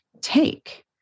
take